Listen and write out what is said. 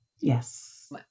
Yes